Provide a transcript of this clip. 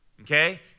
okay